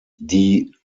die